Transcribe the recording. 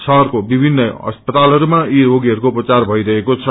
शहरको विभिन्न अस्पतालहरूमा यी रोगीहरूको उपचार भैरहेको छ